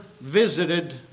visited